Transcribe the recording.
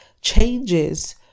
changes